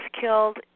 killed